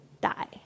die